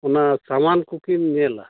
ᱚᱱᱟ ᱥᱟᱢᱟᱱ ᱠᱚᱠᱤᱱ ᱧᱮᱞᱟ